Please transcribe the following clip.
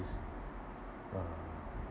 is uh